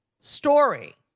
story